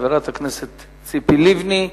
חברת הכנסת ציפי לבני.